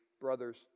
brothers